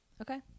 Okay